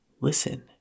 listen